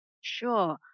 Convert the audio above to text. Sure